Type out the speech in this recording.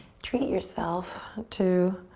treat yourself to